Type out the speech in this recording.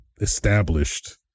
established